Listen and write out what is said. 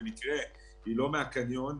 במקרה היא לא מהקניון,